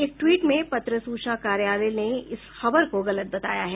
एक ट्वीट में पत्र सूचना कार्यालय ने इस खबर को गलत बताया है